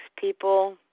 people